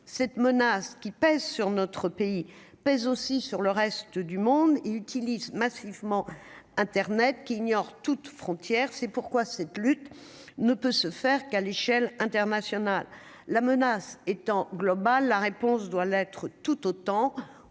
cette menace qui pèse sur notre pays pèsent aussi sur le reste du monde, il utilise massivement Internet qui ignore toute frontière c'est pourquoi cette lutte ne peut se faire qu'à l'échelle internationale, la menace étant globale, la réponse doit l'être tout autant